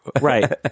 Right